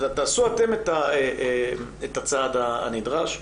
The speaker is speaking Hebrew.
תעשו אתם את הצעד הנדרש.